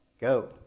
go